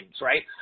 right